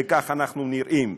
וכך אנחנו נראים.